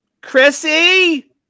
Chrissy